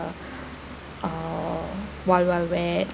or wild wild wet